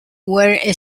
were